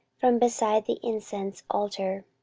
from beside the incense altar.